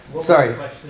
Sorry